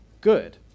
good